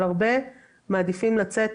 הרבה מעדיפות לצאת